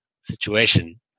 situation